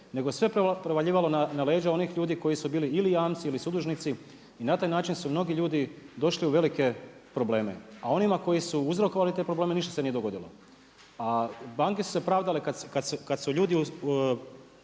nego sve prevaljivalo na leđa onih ljudi koji su bili ili jamci ili sudužnici i na taj način su mnogi ljudi došli u velike probleme. A onima koji su uzrokovali te probleme ništa se nije dogodilo, a banke su se pravdale kad su ljudi